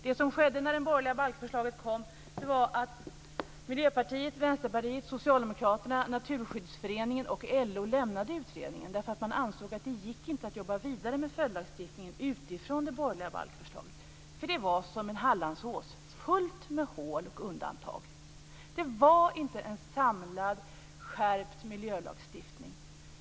Det som skedde när det borgerliga balkförslaget kom var att Miljöpartiet, Vänsterpartiet, Socialdemokraterna, Naturskyddsföreningen och LO lämnade utredningen därför att man ansåg att det inte gick att jobba vidare med följdlagstiftningen utifrån det borgerliga balkförslaget. De var som en Hallandsås - fullt med hål och undantag. Det var inte en samlad skärpt miljölagstiftning.